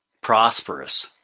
prosperous